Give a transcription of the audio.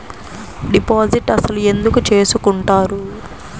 Deposit అసలు ఎందుకు చేసుకుంటారు?